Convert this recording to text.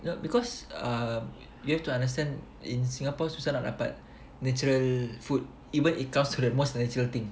you know because uh you have to understand in Singapore susah nak dapat natural food even it comes to the most natural thing